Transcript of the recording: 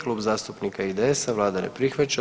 Klub zastupnika IDS-a, Vlada ne prihvaća.